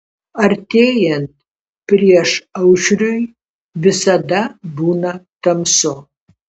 artėjant priešaušriui visada būna tamsu